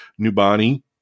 Nubani